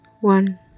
one